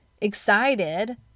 excited